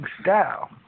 style